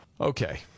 Okay